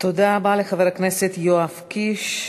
תודה רבה לחבר הכנסת יואב קיש.